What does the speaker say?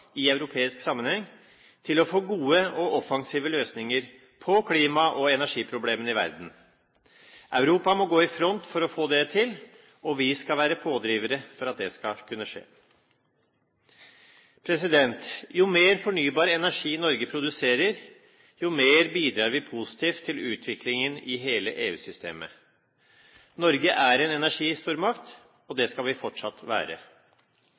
i europeisk sammenheng til å få gode og offensive løsninger på klima- og energiproblemene i verden. Europa må gå i front for å få det til, og vi skal være pådrivere for at det skal kunne skje. Jo mer fornybar energi Norge produserer, jo mer bidrar vi positivt til utviklingen i hele EU-systemet. Norge er en energistormakt, og det skal vi fortsatt være.